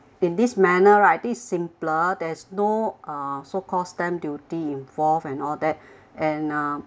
in this manner right it's simpler there's no uh so call stamp duty involved and all that and uh